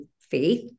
faith